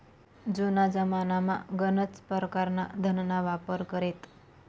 जुना जमानामा गनच परकारना धनना वापर करेत